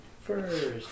First